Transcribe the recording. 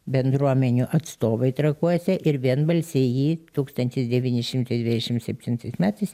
bendruomenių atstovai trakuose ir vienbalsiai jį tūkstantis devyni šimtai dvidešim septintais metais